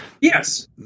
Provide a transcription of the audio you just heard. Yes